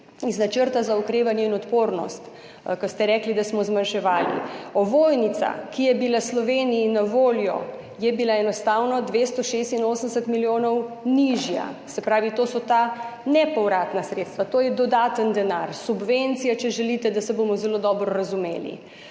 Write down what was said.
iz Načrta za okrevanje in odpornost, ko ste rekli, da smo zmanjševali, ovojnica, ki je bila Sloveniji na voljo, je bila enostavno 286 milijonov nižja, se pravi, to so ta nepovratna sredstva, to je dodaten denar, subvencije, če želite, da se bomo zelo dobro razumeli.